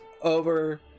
over